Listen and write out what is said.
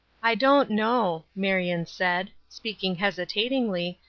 i don't know, marion said, speaking hesitatingly,